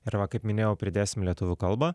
ir va kaip minėjau pridėsim lietuvių kalbą